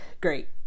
great